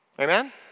Amen